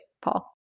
Paul